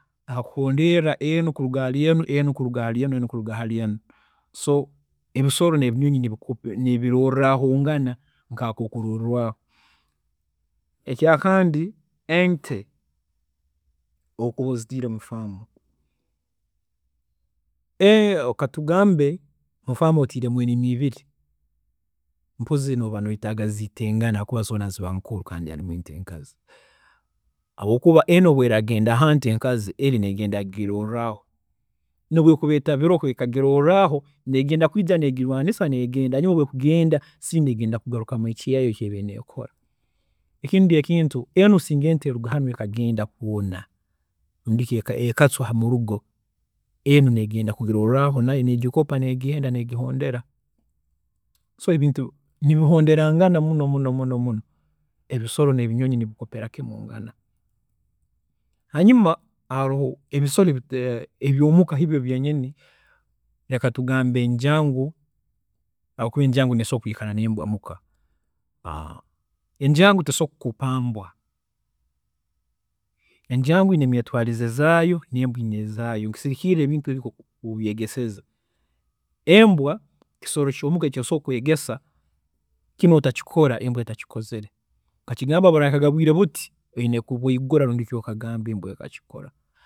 Ahakuroleeerra enu kuruga hari enu, enu kuruga hari enu, nenu kuruga hari enu, so ebisolo nebinyonyi nibirolerrangana nk'akokurorwaaho. Ekyakandi, ente obu okuba ozitiire mu farm, katugambe mu farm otiiremu enimi ibiri, mpozi iwe nooba noyetaaga ziitengana habwokuba zoona niziba ziri nkurukandi harumu ente enkazi habwokuba enu obu eragenda hante enkazi kandi eri negenda kugirorraho, nobu ekuba etagiroho ekagirorraho, negenda kwija negirwaanisa negenda hanyuma obu okugenda, enu neija kugarukamu kukora kiri eki ebaire nekora. Ekindi ekintu, enu singa ente eruga hanu ekagenda kwoona, rundi ki ekacwa murugo, eno negenda kugirorraho nayo negikopa negenda negihondera. So ebintu nibihonderangana muno muno muno, ebisolo nebinyonyi nibikopera kimu'ngana. Hanyuma haroho ebisolo ebyomuka hibyo byenyini reka tugambe enjangu habwokuba enjaangu nesobola kwikara nembwa muka, enjaangu tesobola kukopa embwa, enjaangu eyine emyetwaarize zaayo nembwa eyine ezaayo. Nikirugiirra buri kintu nkoku obyeegeseze, embwa kisolo kyomuka eki osobola kwegesa ngu kinu otakikora kandi etakikozere, okagigamba ngu obu buraahikaga bwiire buti, oyine kubeigola kandi embwa ekakikora.